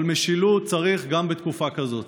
אבל משילות צריך גם בתקופה כזאת.